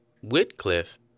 Whitcliffe